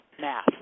math